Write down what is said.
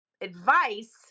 advice